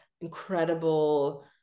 incredible